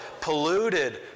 polluted